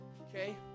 Okay